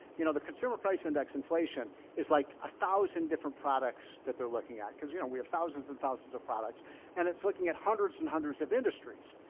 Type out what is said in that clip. you know the consumer price index inflation is like a thousand different products that they're looking at. cause you know we have thousands and thousands of products and it's looking at hundreds and hundreds of industries.